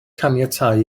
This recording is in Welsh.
caniatáu